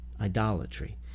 Idolatry